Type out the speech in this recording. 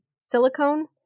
silicone